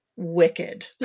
Wicked